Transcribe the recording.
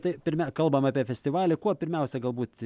tai pirmia kalbam apie festivalį kuo pirmiausia galbūt